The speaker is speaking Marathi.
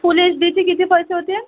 फुल एच डीचे किती पैसे होतील